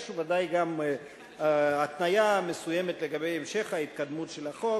יש ודאי גם התניה מסוימת לגבי המשך ההתקדמות של החוק,